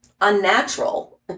unnatural